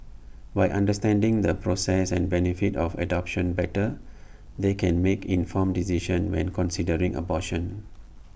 by understanding the process and benefits of adoption better they can make informed decisions when considering abortion